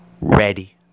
ready